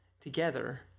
together